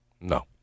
No